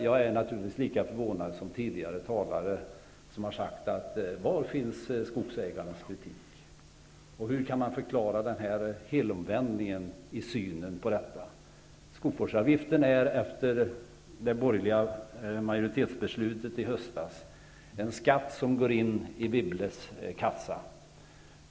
Jag är naturligtvis lika förvånad som tidigare talare som har frågat: Var finns skogsägarnas kritik, och hur kan man förklara denna helomvändning? Skogsvårdsavgiften är efter det borgerliga majoritetsbeslutet i höstas en skatt som går in i Wibbles kassa.